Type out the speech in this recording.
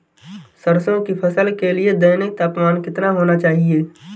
सरसों की फसल के लिए दैनिक तापमान कितना होना चाहिए?